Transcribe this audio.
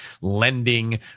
lending